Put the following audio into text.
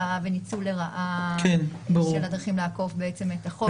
וניצול לרעה של הדרכים לעקוף את החוק.